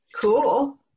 Cool